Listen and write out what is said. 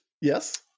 Yes